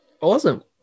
Awesome